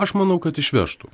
aš manau kad išvežtų